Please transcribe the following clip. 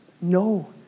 No